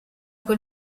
quel